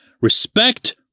Respect